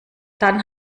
dann